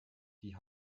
die